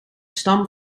stam